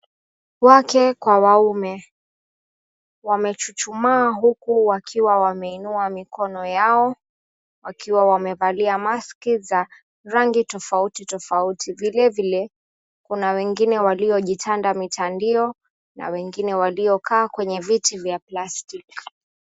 Wake kwa waume wamechuchumaa huku wakiwa wameinua mikono yao wakiwa wamevalia maski za rangi tofauti tofauti ,vilivile kuna wengine waliojitanda mitandio na wengine waliokaa kwenye viti vya plastiki.